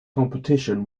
competition